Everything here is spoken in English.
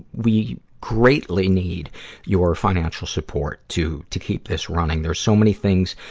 we greatly need your financial support to, to keep this running. there's so many things,